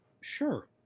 Sure